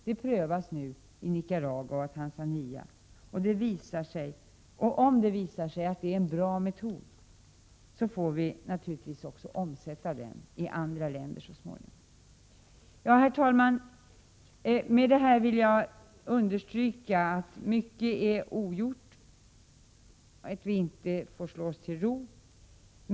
Det prövas nu i Nicaragua och Tanzania, och om det visar sig att det är en bra metod får vi naturligtvis också omsätta den i andra länder så småningom. Herr talman! Med detta vill jag understryka att mycket är ogjort och att vi inte får slå oss till ro.